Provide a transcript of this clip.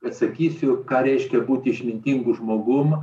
pasakysiu ką reiškia būti išmintingu žmogum